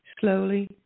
Slowly